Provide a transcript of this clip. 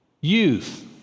youth